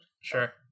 Sure